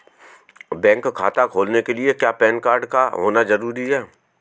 Bank खाता खोलने के लिए क्या पैन कार्ड का होना ज़रूरी है?